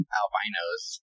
albinos